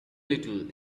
little